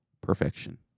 perfection